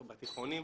בתיכונים,